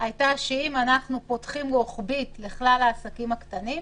הייתה שאם אנחנו פותחים רוחבית לכלל העסקים הקטנים,